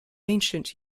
ancient